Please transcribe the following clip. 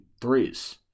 threes